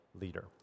leader